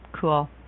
cool